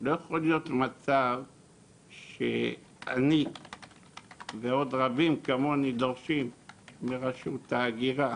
לא יכול להיות מצב שאני ועוד רבים כמוני דורשים מרשות ההגירה